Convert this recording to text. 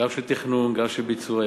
גם של תכנון וגם של ביצוע,